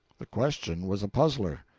the question was a puzzler.